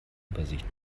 übersicht